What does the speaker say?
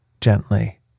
gently